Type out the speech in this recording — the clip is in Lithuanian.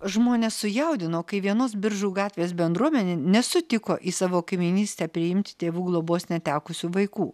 žmones sujaudino kai vienos biržų gatvės bendruomenė nesutiko į savo kaimynystę priimt tėvų globos netekusių vaikų